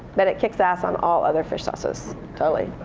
but it kicks ass on all other fish sauces. totally.